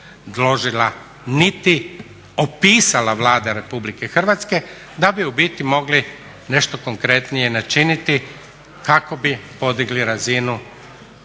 niti opisala Vlada Republike Hrvatske da bi u biti mogli nešto konkretnije načiniti kako bi podigli razinu